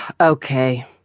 Okay